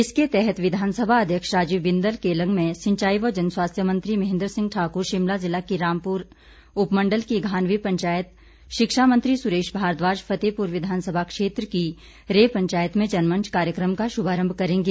इसके तहत विधानसभा अध्यक्ष राजीव बिंदल केलंग में सिंचाई व जनस्वास्थ्य मंत्री महेंद्र सिंह ठाकुर शिमला जिला के रामपुर उपमंडल की घानवी पंचायत शिक्षा मंत्री सुरेश भारद्वाज फतेहपुर विधानसभा क्षेत्र की रे पंचायत में जनमंच कार्यक्रम का शुभारंभ करेंगे